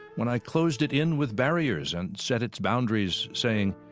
when i closed it in with barriers and set its boundaries, saying,